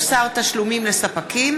הצעת חוק מוסר תשלומים לספקים,